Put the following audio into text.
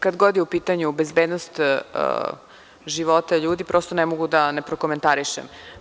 Kada god je u pitanju bezbednost života ljudi, prosto ne mogu da ne prokomentarišem.